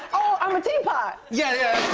oh, i'm a teapot! yeah,